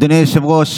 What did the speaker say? אדוני היושב-ראש,